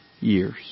years